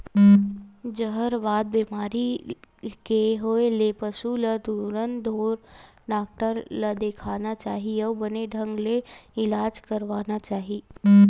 जहरबाद बेमारी के होय ले पसु ल तुरते ढ़ोर डॉक्टर ल देखाना चाही अउ बने ढंग ले इलाज करवाना चाही